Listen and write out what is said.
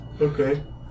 okay